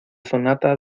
sonata